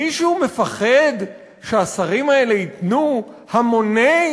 מישהו מפחד שהשרים האלה ייתנו המוני